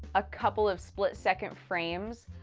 a couple of split second frames.